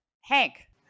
Hank